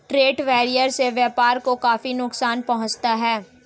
trade barrier से व्यापार को काफी नुकसान पहुंचता है